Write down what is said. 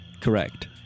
Correct